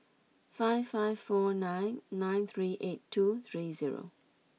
five five four nine nine three eight two three zero